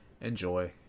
enjoy